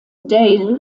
dale